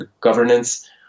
governance